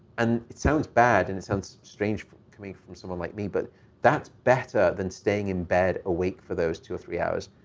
and it sounds bad, and it sounds strange coming from someone like me, but that's better than staying in bed awake for those two or three hours.